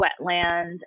wetland